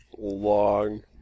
Long